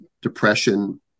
depression